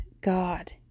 God